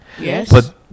Yes